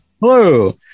Hello